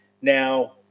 Now